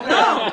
לא,